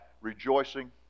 rejoicing